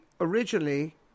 originally